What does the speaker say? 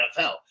NFL